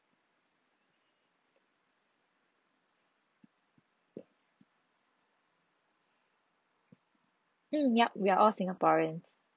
mm yup we are all singaporeans